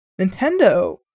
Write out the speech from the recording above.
nintendo